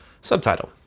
Subtitle